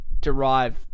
derive